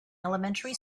elementary